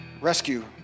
rescue